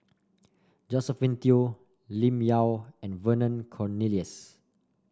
Josephine Teo Lim Yau and Vernon Cornelius